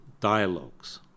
dialogues